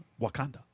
Wakanda